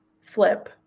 flip